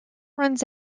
runs